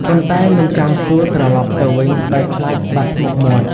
ប៉ុន្តែមិនចង់សួរត្រឡប់ទៅវិញដោយខ្លាចបាត់មុខមាត់។